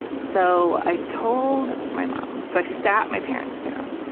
so i told my mom. so i sat my parents down.